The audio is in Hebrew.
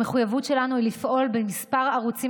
המחויבות שלנו היא לפעול בכמה ערוצים